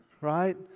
Right